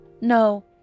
No